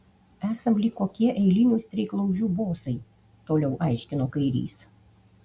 esam lyg kokie eilinių streiklaužių bosai toliau aiškino kairys